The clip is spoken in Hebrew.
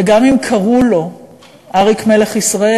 וגם אם קראו לו "אריק מלך ישראל",